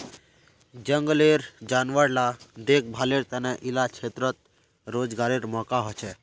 जनगलेर जानवर ला देख्भालेर तने इला क्षेत्रोत रोज्गारेर मौक़ा होछे